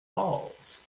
falls